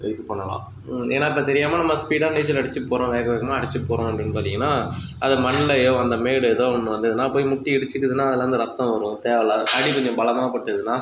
இது பண்ணலாம் ஏன்னால் இப்போ தெரியாமல் நம்ம ஸ்பீடாக நீச்சல் அடிச்சுட்டு போகிறோம் வேக வேகமாக அடிச்சுட்டு போகிறோம் அப்படின்னு பார்த்தீங்கன்னா அது மண்லியோ அந்த மேடு ஏதோ ஒன்று வந்ததுன்னா போய் முட்டி இடிச்சுக்கிதுன்னா அதுலேருந்து ரத்தம் வரும் தேவை இல்லாத அடி கொஞ்சம் பலமா பட்டுதுன்னால்